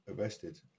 arrested